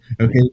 Okay